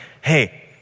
hey